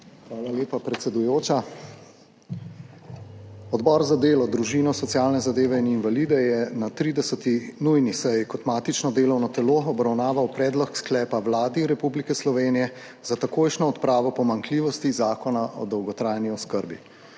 Hvala lepa, predsedujoča. Odbor za delo, družino, socialne zadeve in invalide je na 30. nujni seji kot matično delovno telo obravnaval predlog sklepa Vladi Republike Slovenije za takojšnjo odpravo pomanjkljivosti Zakona o dolgotrajni oskrbi.